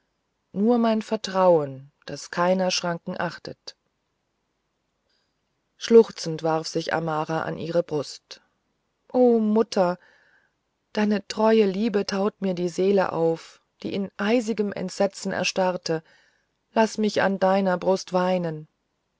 nur mein vertrauen das keiner schranken achtet schluchzend warf sich amara an ihre brust o mutter deine treue liebe taut mir die seele auf die in eisigem entsetzen erstarrt laß mich an deiner brust weinen